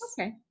Okay